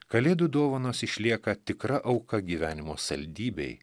kalėdų dovanos išlieka tikra auka gyvenimo saldybėj